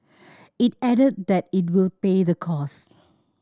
it added that it will pay the costs